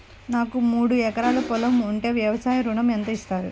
నాకు మూడు ఎకరాలు పొలం ఉంటే వ్యవసాయ ఋణం ఎంత ఇస్తారు?